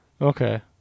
okay